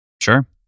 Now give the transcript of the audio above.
Sure